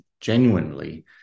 genuinely